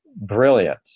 brilliant